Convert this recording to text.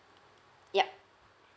ya